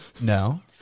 no